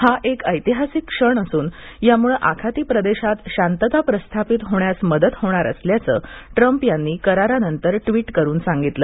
हा एक ऐतिहासिक क्षण असून यामुळं आखाती प्रदश्वत शांतता प्रस्थापित होण्यास मदत होणार असल्याचं ट्रम्प यांनी करारानंतर ट्वीट करून सांगितलं